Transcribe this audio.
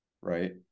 Right